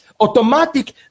automatic